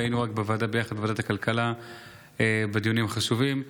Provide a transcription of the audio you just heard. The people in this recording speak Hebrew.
והיינו בוועדת הכלכלה ביחד בדיונים החשובים.